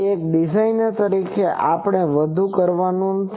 એક ડિઝાઇનર તરીકે આપણે વધુ કરવાનું નથી